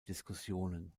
diskussionen